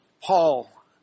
Paul